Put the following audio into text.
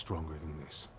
stronger than this